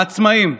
העצמאים.